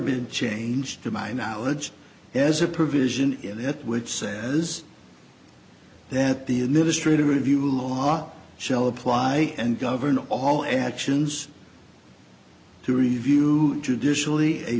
been changed to my knowledge as a provision which says that the administrative review law shell apply and govern all actions to review traditionally a